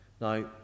Now